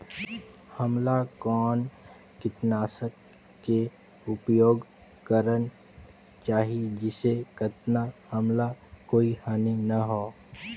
हमला कौन किटनाशक के उपयोग करन चाही जिसे कतना हमला कोई हानि न हो?